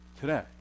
today